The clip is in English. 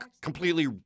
completely